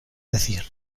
decir